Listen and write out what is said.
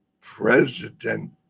president